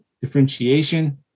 differentiation